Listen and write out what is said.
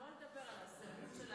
שלא לדבר על הזהות של האנשים.